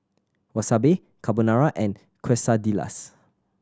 Wasabi Carbonara and Quesadillas